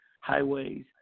highways